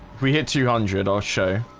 we hit two hundred i'll show